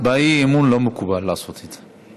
באי-אמון לא מקובל לעשות את זה.